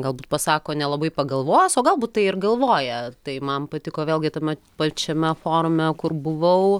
galbūt pasako nelabai pagalvojęs o galbūt tai ir galvoja tai man patiko vėlgi tame pačiame forume kur buvau